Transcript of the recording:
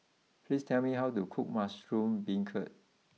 please tell me how to cook Mushroom Beancurd